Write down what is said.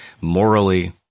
morally